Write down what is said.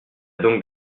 donc